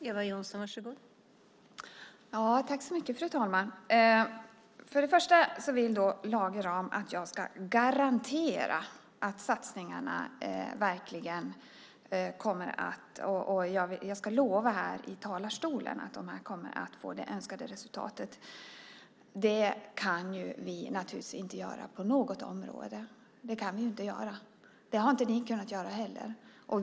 Fru talman! Lage Rahm vill att jag ska lova i talarstolen att satsningarna kommer att få det önskade resultatet. Det kan vi naturligtvis inte göra på något område. Det kan vi inte göra. Det har inte ni kunnat göra heller.